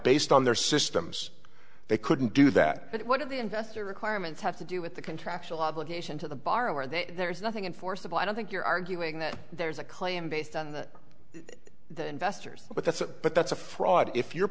based on their systems they couldn't do that but what are the investor requirements have to do with the contractual obligation to the borrower that there's nothing enforceable i don't think you're arguing that there's a claim based on the investors but that's but that's a fraud if your